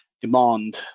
demand